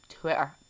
Twitter